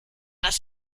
dass